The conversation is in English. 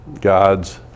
gods